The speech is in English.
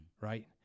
right